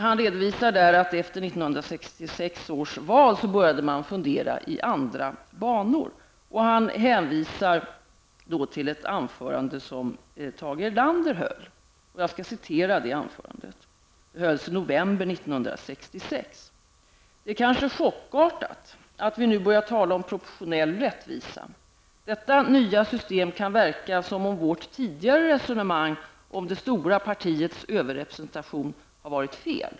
Han redovisade där att man efter 1966 års val började fundera i andra banor. Han hänvisade till ett anförande som Tage Erlander höll i november 1966. Jag citerar ur det: ''Det är kanske chockartat att vi nu börjar tala om proportionell rättvisa. Detta nya system kan verka som om vårt tidigare resonemang om det stora partiets överrepresentation har varit fel.